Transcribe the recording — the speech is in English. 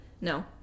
No